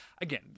again